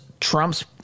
Trump's